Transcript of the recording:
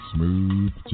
Smooth